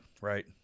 right